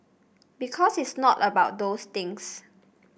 because it's not about those things